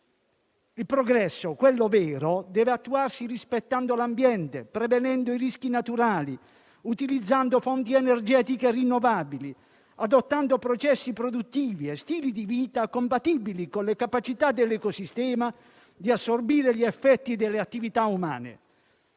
il progresso - quello vero - deve attuarsi rispettando l'ambiente, prevenendo i rischi naturali, utilizzando fonti energetiche rinnovabili, adottando processi produttivi e stili di vita compatibili con le capacità dell'ecosistema di assorbire gli effetti delle attività umane.